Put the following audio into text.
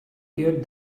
heard